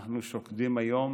אנחנו שוקדים היום